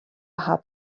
hat